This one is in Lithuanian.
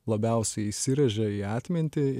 labiausiai įsirėžė į atmintį